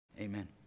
Amen